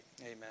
amen